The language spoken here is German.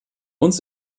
uns